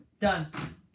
Done